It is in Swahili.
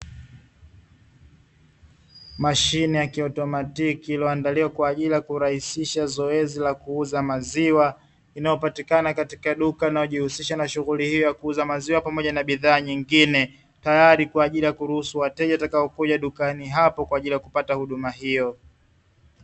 Mashine ya kioutomatiki iliyoandaliwa kwa ajili ya kurahisisha zoezi la kuuza maziwa, linalopatikana katika duka, linalo jishuhulisha na shughuli hiyo ya kuuza maziwa pamoja na bidhaa nyingine tayari kwa ajili ya kuruhusu wateja watakaokuja dukani hapo kwa ajili ya kupata huduma hiyo. .